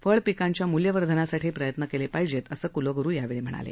फळपिकांच्या मुल्यवर्धनासाठी प्रयत्न केले पाहिजेत असं कुलगुरु म्हणाले